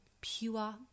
pure